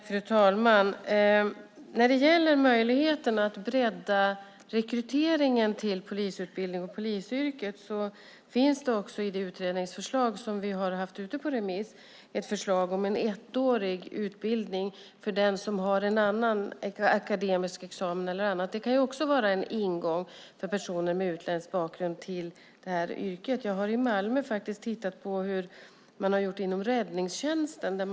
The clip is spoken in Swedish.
Fru talman! När det gäller möjligheterna att bredda rekryteringen till polisutbildningen och polisyrket finns det också i det utredningsförslag som vi har haft ute på remiss ett förslag om en ettårig utbildning för den som har en annan akademisk examen eller någonting annat. Det kan också vara en ingång för personer med utländsk bakgrund till yrket. Jag har tittat på hur man har gjort inom räddningstjänsten i Malmö.